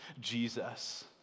Jesus